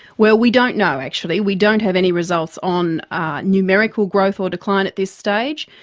well, we don't know actually. we don't have any results on ah numerical growth or decline at this stage.